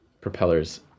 Propellers